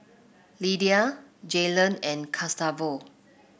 Lydia Jaylon and Gustavo